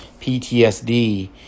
PTSD